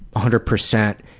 hundred percent,